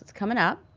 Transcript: comin' up.